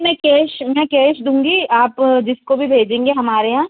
मैं कैश मैं कैश दूँगी आप जिसको भी भेजेंगे हमारे यहाँ